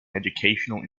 educational